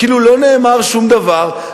כאילו לא נאמר שום דבר,